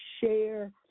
share